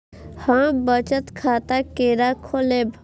हम बचत खाता केना खोलैब?